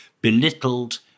belittled